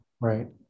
Right